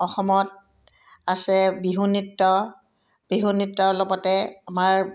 অসমত আছে বিহু নৃত্য বিহু নৃত্যৰ লগতে আমাৰ